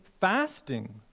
fasting